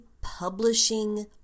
publishing